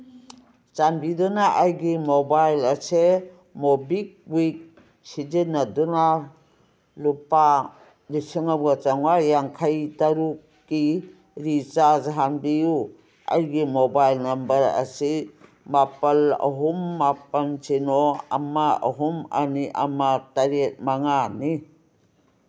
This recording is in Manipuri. ꯆꯥꯟꯕꯤꯗꯨꯅ ꯑꯩꯒꯤ ꯃꯣꯕꯥꯏꯜ ꯑꯁꯦ ꯃꯣꯕꯤꯋꯤꯛ ꯁꯤꯖꯤꯟꯅꯗꯨꯅ ꯂꯨꯄꯥ ꯂꯤꯁꯤꯡ ꯑꯃꯒ ꯆꯧꯉꯥ ꯌꯥꯡꯈꯩ ꯇꯔꯨꯛꯀꯤ ꯔꯤꯆꯥꯔꯖ ꯍꯥꯟꯕꯤꯌꯨ ꯑꯩꯒꯤ ꯃꯣꯕꯥꯏꯜ ꯅꯝꯕꯔ ꯑꯁꯤ ꯃꯥꯄꯟ ꯑꯍꯨꯝ ꯃꯥꯄꯟ ꯁꯤꯅꯣ ꯑꯃ ꯑꯍꯨꯝ ꯑꯅꯤ ꯑꯃ ꯇꯔꯦꯠ ꯃꯉꯥꯅꯤ